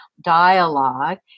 dialogue